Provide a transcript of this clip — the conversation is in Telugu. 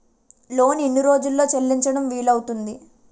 లోన్ ఎన్ని రోజుల్లో చెల్లించడం వీలు అవుతుంది?